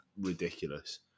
ridiculous